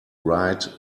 ride